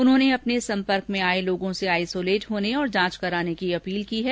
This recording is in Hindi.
उन्होंने अपने संपर्क में आए लोगों से आइसोलेट होने और जांच कराने की अपील की है